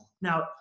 Now